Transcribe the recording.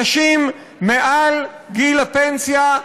אנשים מעל גיל הפנסיה,